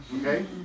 Okay